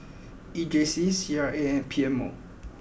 E J C C R A and P M O